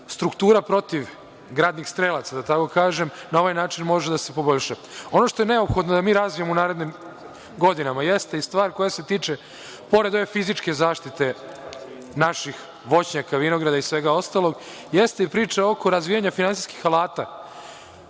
struktura protivgradnih strelaca može na ovaj način da se poboljša. Ono što je neophodno da mi razvijemo u narednim godinama jeste i stvar koja se tiče, pored ove fizičke zaštite naših voćnjaka, vinograda i svega ostalog, jeste i priča oko razvijanja finansijskih alata